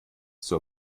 zur